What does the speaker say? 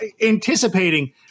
anticipating